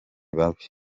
babi